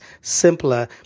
simpler